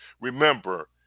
remember